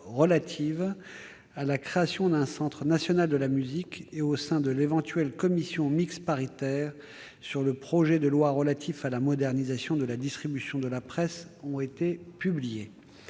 relative à la création d'un Centre national de la musique et au sein de l'éventuelle commission mixte paritaire sur le projet de loi relatif à la modernisation de la distribution de la presse ont été publiées.